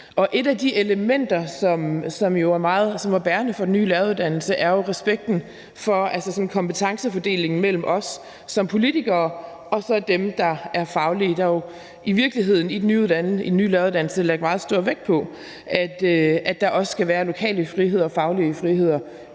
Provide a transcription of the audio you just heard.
Et af de elementer, som er bærende for den nye læreruddannelse, er jo respekten for kompetencefordelingen mellem os som politikere og så dem, der er faglige. Der er jo i virkeligheden i den nye læreruddannelse lagt meget stor vægt på, at der også skal være lokale friheder og faglige friheder